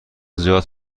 زیاد